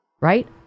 right